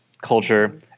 culture